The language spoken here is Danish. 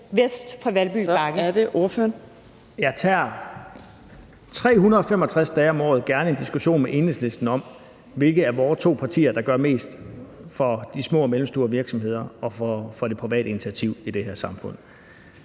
Kl. 16:37 Søren Pape Poulsen (KF): Jeg tager 365 dage om året gerne en diskussion med Enhedslisten om, hvilket af vores to partier der gør mest for de små og mellemstore virksomheder og for det private initiativ i det her samfund.